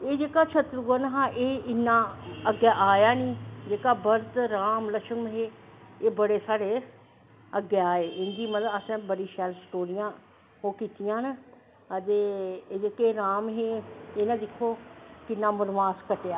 egg जेह्का शत्तरूघ्न हा एह् इन्ना अग्गैं आया नी जेह्का भरत राम लक्षमन हे एह् बड़े साढ़े अग्गैं आये इंदी असैं बड़ी शैल स्टोरियां कीतियां ते जेह्के राम हे इनैं दिक्खो किन्ना बनवास कट्टेआ